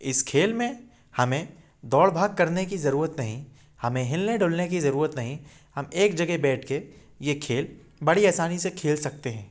इस खेल में हमें दौड़ भाग करने की ज़रूरत नहीं हमें हिलने डुलने की ज़रूरत नहीं हम एक जगह बैठ के ये खेल बड़ी आसानी से खेल सकते हैं